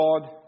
God